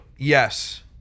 yes